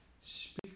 Speak